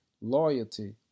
loyalty